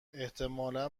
احتمالا